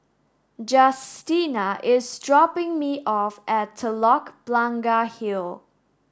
Justina is dropping me off at Telok Blangah Hill